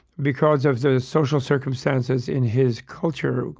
because of the social circumstances in his culture,